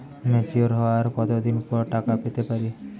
Mature হওয়ার কত দিন পর টাকা পেতে পারি?